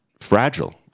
fragile